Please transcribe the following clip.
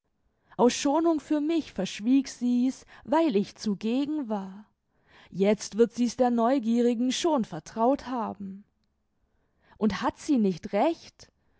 aus schonung für mich verschwieg sie's weil ich zugegen war jetzt wird sie's der neugierigen schon vertraut haben und hat sie nicht recht